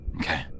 Okay